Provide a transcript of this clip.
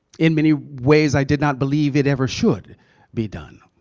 in many ways, i did not believe it ever should be done.